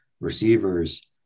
receivers